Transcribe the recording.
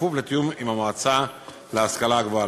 ובכפוף לתיאום עם המועצה להשכלה גבוהה.